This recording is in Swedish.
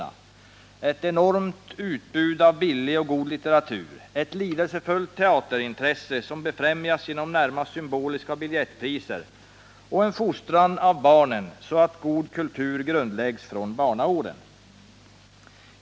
Där finns ett enormt utbud av billig och god litteratur, ett lidelsefullt teaterintresse, som befrämjas genom närmast symboliska biljettpriser, och en fostran av barnen, så att behovet av god kultur grundläggs från barnaåren.